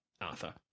Arthur